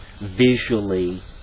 visually